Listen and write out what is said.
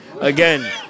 Again